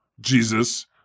Jesus